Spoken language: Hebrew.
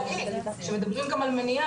שמדברים על מניעה,